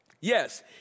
Yes